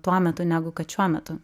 tuo metu negu kad šiuo metu